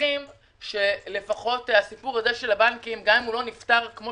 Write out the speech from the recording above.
שמחים שהנושא של הבנקים גם אם לא נפתר כפי